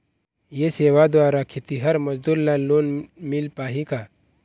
ये सेवा द्वारा खेतीहर मजदूर ला लोन मिल पाही का?